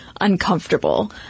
uncomfortable